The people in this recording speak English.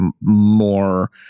more